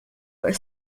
were